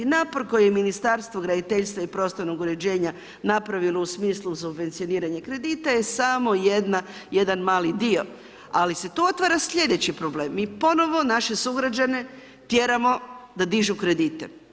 Naprko je i Ministarstvo graditeljstva i prostornog uređenja napravilo u smislu subvencioniranja kredita je samo jedan mali dio, ali se tu otvara sljedeći problem, mi ponovo naše sugrađane tjeramo da dižu kredite.